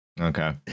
okay